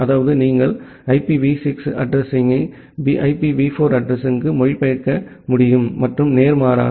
அதாவது நீங்கள் IPv6 அட்ரஸிங்யை IPv4 அட்ரஸிங்க்கு மொழிபெயர்க்க முடியும் மற்றும் நேர்மாறாக